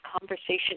conversation